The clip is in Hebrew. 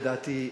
לדעתי,